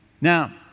Now